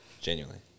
Genuinely